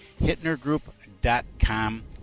Hittnergroup.com